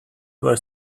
were